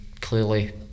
clearly